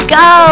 go